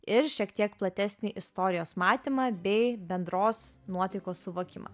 ir šiek tiek platesnį istorijos matymą bei bendros nuotaikos suvokimą